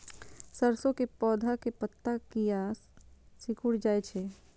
सरसों के पौधा के पत्ता किया सिकुड़ जाय छे?